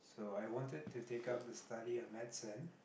so I wanted to take up the study of medicine